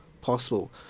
possible